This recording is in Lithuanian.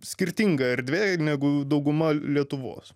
skirtinga erdvė negu dauguma lietuvos